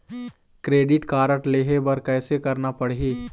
Credit card लेहे बर कैसे करना पड़ही?